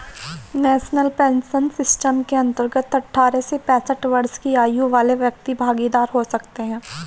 national pension system के अंतर्गत अठारह से पैंसठ वर्ष की आयु वाले व्यक्ति भागीदार हो सकते हैं